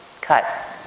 cut